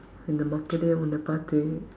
இந்த மக்களே உன்ன பார்த்து:indtha makkalee unna paarththu